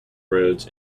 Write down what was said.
roads